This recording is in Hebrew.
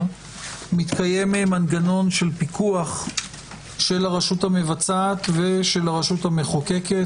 מתקיים מנגנון של פיקוח של הרשות המבצעת ושל הרשות המחוקקת.